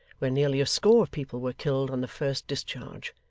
where nearly a score of people were killed on the first discharge.